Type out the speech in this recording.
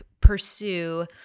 pursue